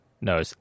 No